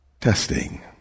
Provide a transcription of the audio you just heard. testing